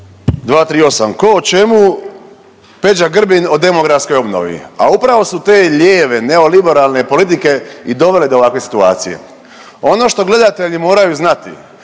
238., ko o čemu Peđa Grbin o demografskoj obnovi, a upravo su te lijeve neoliberalne politike i dovele do ovakve situacije. Ono što gledatelji moraju znati,